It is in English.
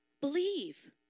believe